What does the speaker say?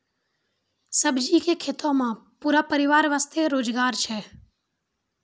सब्जी के खेतों मॅ पूरा परिवार वास्तॅ रोजगार छै